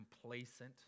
complacent